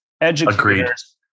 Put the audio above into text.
educators